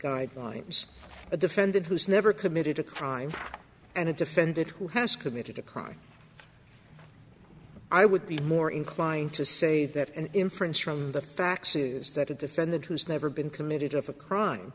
guidelines a defendant who's never committed a crime and a defendant who has committed a crime i would be more inclined to say that an inference from the facts is that a defendant who's never been committed of a crime